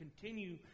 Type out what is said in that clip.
continue